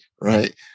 right